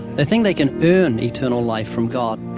they think they can earn eternal life from god,